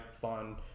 fun